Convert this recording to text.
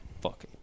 Fuck